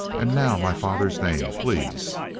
and now my father's name, please?